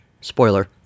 spoiler